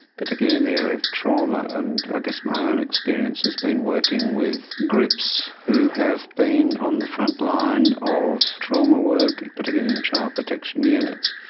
particularly in the area of trauma, and i guess my own experience has been working with groups who have been on the front line of trauma work, particularly in child protection units.